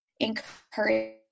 encourage